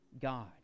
God